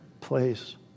place